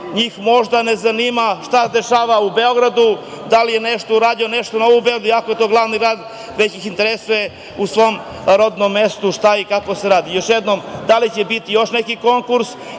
njih možda ne zanima šta se dešava u Beogradu, da li je nešto urađeno, iako je to glavni grad, već ih interesuje u svom rodnom mestu šta i kako se radi. Još jednom, da li će biti još neki konkurs